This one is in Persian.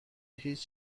هیچ